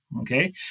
Okay